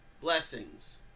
blessings